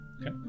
okay